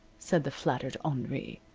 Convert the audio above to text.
said the flattered henri.